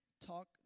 talk